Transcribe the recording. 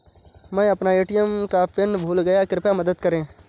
मै अपना ए.टी.एम का पिन भूल गया कृपया मदद करें